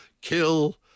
Kill